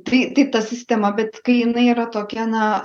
tai tai ta sistema bet kai jinai yra tokia na